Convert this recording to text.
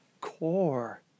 core